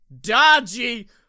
Dodgy